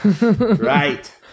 Right